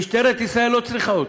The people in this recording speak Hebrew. משטרת ישראל לא צריכה אותי.